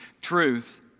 Truth